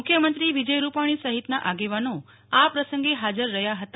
મુખ્યમંત્રી વિજય રૂપાણી સહિતના આગેવાનો આ પ્રસંગે હાજર હતા